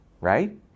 right